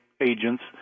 agents